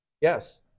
Yes